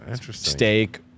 steak